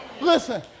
listen